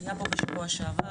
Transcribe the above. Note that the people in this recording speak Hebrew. פה בשבוע שעבר,